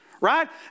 Right